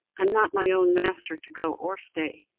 i'm not my own master to go or stay,